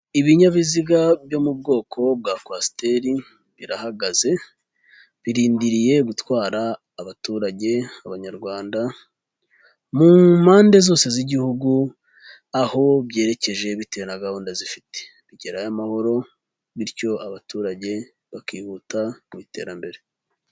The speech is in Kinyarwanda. Ibinyabiziga byo mu bwoko bwa kwasteri birahagaze birindiriye gutwara abaturage b'abanyarwanda mu mpande zose z'igihugu, aho byerekeje bitewe na gahunda zifite bigerayo amahoro, bityo abaturage bakihuta mu iterambere.